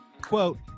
quote